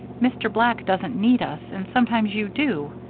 mr. black doesn't need us, and sometimes you do.